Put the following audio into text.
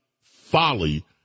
folly